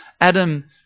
Adam